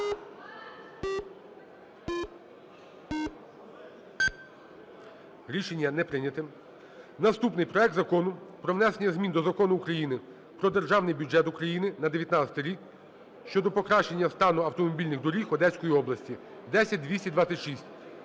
Рішення не прийнято. Наступний. Проект Закону про внесення змін до Закону України "Про Державний бюджет України на 2019 рік" щодо покращення стану автомобільних доріг Одеської області (10226).